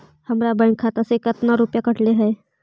हमरा बैंक खाता से कतना रूपैया कटले है?